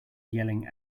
yelling